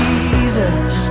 Jesus